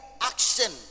action